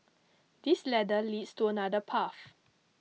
this ladder leads to another path